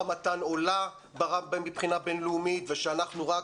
רמתן עולה מבחינה בינלאומית ושאנחנו רק